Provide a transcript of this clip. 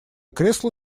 кресло